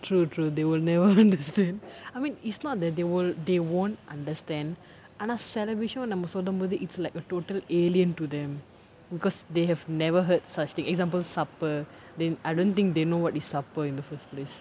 true true they will never understand I mean it's not that they will they won't understand ஆனா சில விஷயம் நம்ம சொல்லும் போது:aanaa sila vishayam namma sollum pothu it's like a total alien to them because they have never heard such thing example supper then I don't think they know what is supper in the first place